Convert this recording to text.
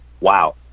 wow